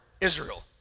Israel